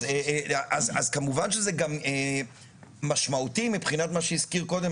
אז כמובן שזה גם משמעותי מבחינה מה שהזכיר קודם,